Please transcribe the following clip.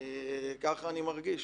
ככה אני מרגיש.